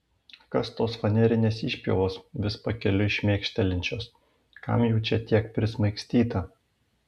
kas tos fanerinės išpjovos vis pakeliui šmėkštelinčios kam jų čia tiek prismaigstyta